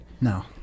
No